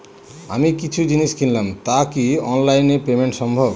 আমি কিছু জিনিস কিনলাম টা কি অনলাইন এ পেমেন্ট সম্বভ?